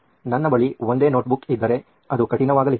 ನನ್ನ ಬಳಿ ಒಂದೇ ನೋಟ್ ಬುಕ್ ಇದ್ದರೆ ಅದು ಕಠಿಣವಾಗಲಿದೆ